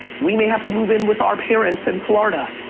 we may have to move in with our parents in florida.